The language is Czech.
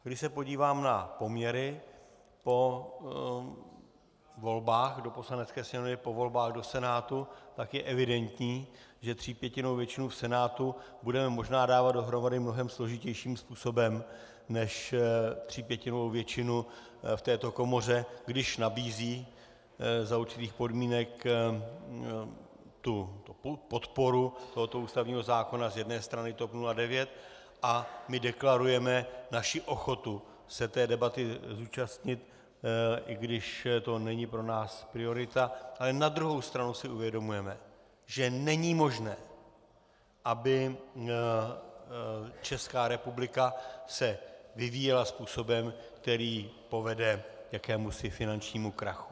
Když se podívám na poměry po volbách do Poslanecké sněmovny, po volbách do Senátu, tak je evidentní, že třípětinovou většinu v Senátu budeme možná dávat dohromady mnohem složitějším způsobem než třípětinovou většinu v této komoře, když nabízí za určitých podmínek podporu tohoto ústavního zákona z jedné strany TOP 09, a my deklarujeme naši ochotu se té debaty zúčastnit, i když to není pro nás priorita, ale na druhou stranu si uvědomujeme, že není možné, aby Česká republika se vyvíjela způsobem, který povede k jakémusi finančnímu krachu.